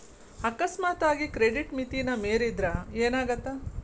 ಅಕಸ್ಮಾತಾಗಿ ಕ್ರೆಡಿಟ್ ಮಿತಿನ ಮೇರಿದ್ರ ಏನಾಗತ್ತ